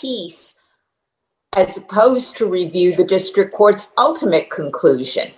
piece as opposed to review the district court's ultimate conclusion